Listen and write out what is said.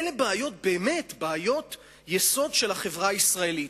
אלה באמת בעיות יסוד של החברה הישראלית.